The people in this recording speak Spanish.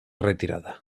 retirada